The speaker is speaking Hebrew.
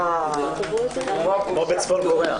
בשעה טובה.